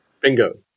Bingo